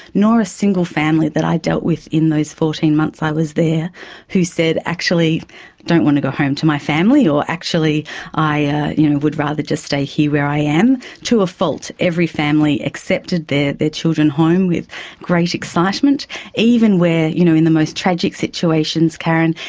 nor a single family that i dealt with in those fourteen months i was there who said, actually don't want to go home to my family, or actually i you know would rather just stay here where i am. to a fault, every family accepted their children home with great excitement even where, you know, in the most tragic situations karon,